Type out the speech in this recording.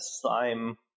slime